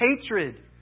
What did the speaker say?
hatred